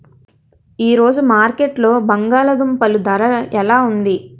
ఈ రోజు మార్కెట్లో బంగాళ దుంపలు ధర ఎలా ఉంది?